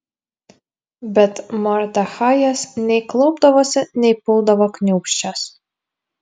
bet mordechajas nei klaupdavosi nei puldavo kniūbsčias